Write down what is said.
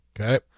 Okay